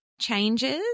changes